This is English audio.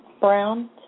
Brown